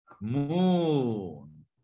moon